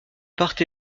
part